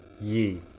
ye